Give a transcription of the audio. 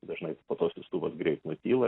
dažnai po to siųstuvas greit nutyla